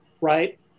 right